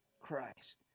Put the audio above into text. Christ